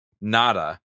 Nada